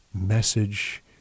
message